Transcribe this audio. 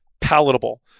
palatable